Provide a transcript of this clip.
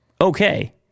Okay